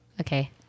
okay